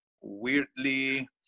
weirdly